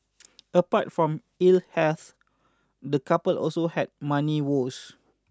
apart from ill health the couple also had money woes